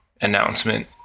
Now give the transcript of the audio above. announcement